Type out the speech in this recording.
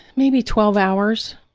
maybe twelve hours.